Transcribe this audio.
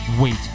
Wait